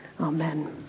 amen